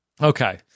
Okay